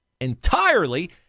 entirely